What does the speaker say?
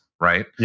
right